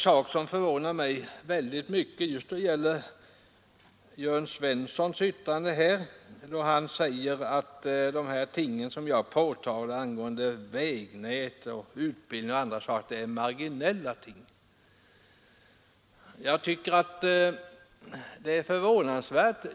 Något som förvånar mig mycket är Jörn Svenssons yttrande att de av mig anförda synpunkterna på vägnät, utbildning och annat är marginella. Jag tycker att det är förvånansvärt.